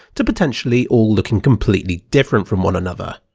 to potentially all looking completely different from one another.